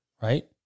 right